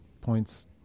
points